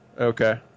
Okay